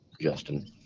justin